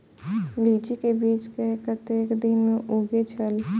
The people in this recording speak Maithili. लीची के बीज कै कतेक दिन में उगे छल?